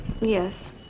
Yes